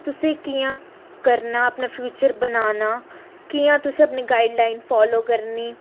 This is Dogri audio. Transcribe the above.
कि कि'यां तुसें करना अपना फ्यूचर बनाना कि'यां तुसें अपनी गाइडलाइन फालो करनी